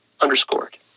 underscored